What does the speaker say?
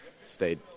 stayed